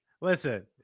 Listen